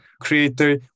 creator